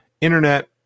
internet